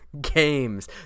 Games